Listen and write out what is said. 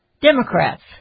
Democrats